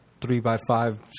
three-by-five